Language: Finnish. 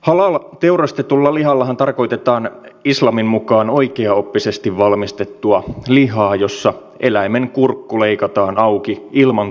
halal teurastetulla lihallahan tarkoitetaan islamin mukaan oikeaoppisesti valmistettua lihaa jossa eläimen kurkku leikataan auki ilman tainnutusta